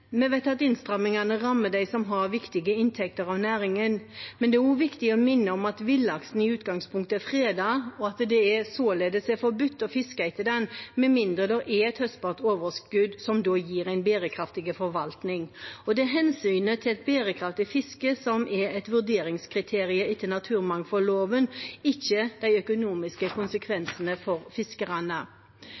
Vi vet at innstrammingene rammer dem som har viktige inntekter av næringen, men det er også viktig å minne om at villaksen i utgangspunktet er fredet, og at det således er forbudt å fiske etter den, med mindre det er et høstbart overskudd som da gir en bærekraftig forvaltning. Det er hensynet til et bærekraftig fiske som er et vurderingskriterium etter naturmangfoldloven, ikke de økonomiske konsekvensene for fiskerne.